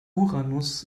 uranus